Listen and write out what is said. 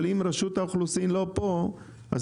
אבל אם רשות האוכלוסין לא פה בדיון,